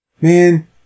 Man